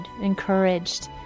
encouraged